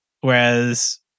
Whereas